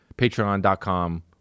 patreon.com